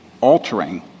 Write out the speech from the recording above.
altering